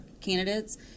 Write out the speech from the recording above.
candidates